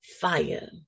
fire